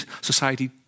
society